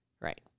Right